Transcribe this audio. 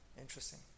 Interesting